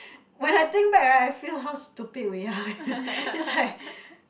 when I think back ah I feel how stupid we are eh is like